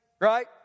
right